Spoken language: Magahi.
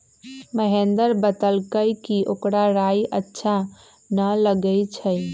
महेंदर बतलकई कि ओकरा राइ अच्छा न लगई छई